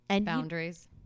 Boundaries